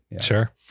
Sure